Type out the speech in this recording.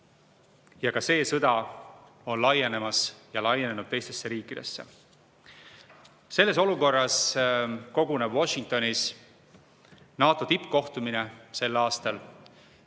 ka see sõda on laienemas teistesse riikidesse. Selles olukorras koguneb Washingtonis NATO tippkohtumine sel aastal,